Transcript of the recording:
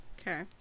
Okay